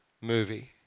movie